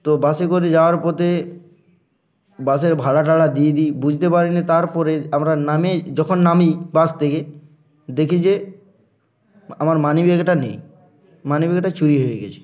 তো বাসে করে যাওয়ার পথে বাসের ভাড়া টাড়া দিয়ে দিই বুঝতে পারি নি তারপরে আমরা নামে যখন নামি বাস থেকে দেখি যে আমার মানি ব্যাগটা নেই মানি ব্যাগটা চুরি হয়ে গেছে